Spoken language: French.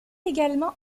également